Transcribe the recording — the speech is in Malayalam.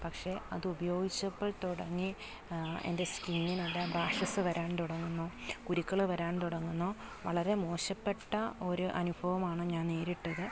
പക്ഷേ അത് ഉപയോഗിച്ചപ്പൊൾ തുടങ്ങി എന്റെ സ്കിന്നിനെല്ലാം റാഷസ് വരാൻ തുടങ്ങുന്നു കുരുക്കൾ വരാൻ തുടങ്ങുന്നു വളരെ മോശപ്പെട്ട ഒരു അനുഭവമാണ് ഞാൻ നേരിട്ടത്